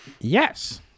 Yes